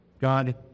God